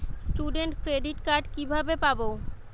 Student credit card কিভাবে পাব?